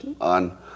on